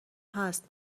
هست